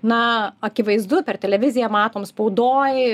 na akivaizdu per televiziją matom spaudoj